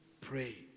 pray